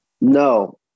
No